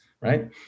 right